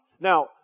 Now